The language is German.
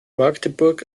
magdeburg